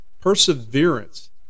perseverance